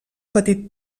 petit